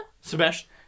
Sebastian